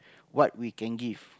what we can give